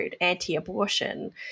anti-abortion